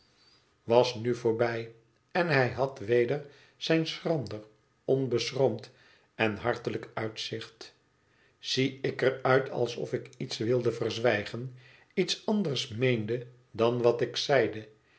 was nu voorbij en hij had weder zijn schrander onbeschroomd en hartelijk uitzicht zie ik er uit alsof ik iets wilde verzwijgen iets anders meende dan wat ik zeide